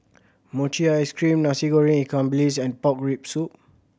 mochi ice cream Nasi Goreng ikan bilis and pork rib soup